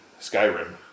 Skyrim